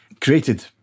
created